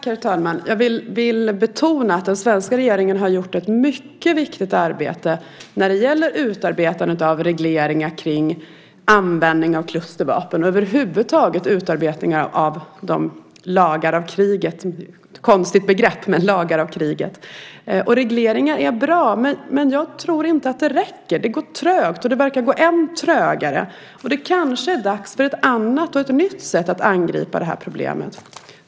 Herr talman! Jag vill betona att den svenska regeringen har gjort ett mycket viktigt arbete när det gäller utarbetandet av regleringar kring användningen av klustervapen och över huvud taget utarbetandet av krigets lagar, även om det är ett konstigt begrepp. Regleringar är bra, men jag tror inte att det räcker. Det går trögt, och det verkar gå allt trögare. Det kanske är dags för ett annat och nytt sätt att angripa det här problemet.